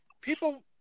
people